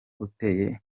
uteye